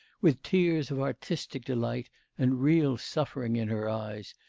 with tears of artistic delight and real suffering in her eyes,